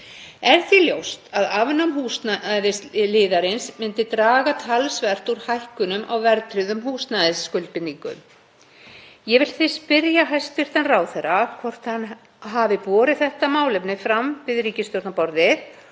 Er því ljóst að afnám húsnæðisliðarins myndi draga talsvert úr hækkunum á verðtryggðum húsnæðisskuldbindingum. Ég vil því spyrja hæstv. ráðherra hvort hann hafi borið þetta málefni fram við ríkisstjórnarborðið